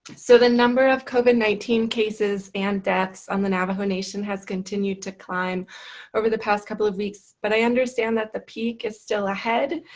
so the number of covid nineteen cases and deaths on the navajo nation has continued to climb over the past couple of weeks. but i understand the peak is still ahead.